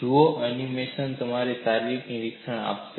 તેને જુઓ એનિમેશન તમને તે શારીરિક નિરીક્ષણ આપશે